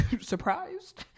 surprised